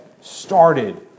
started